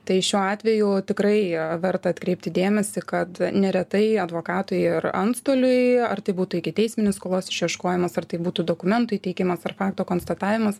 tai šiuo atveju tikrai verta atkreipti dėmesį kad neretai advokatui ir antstoliui ar tai būtų ikiteisminis skolos išieškojimas ar tai būtų dokumentų įteikimas ar fakto konstatavimas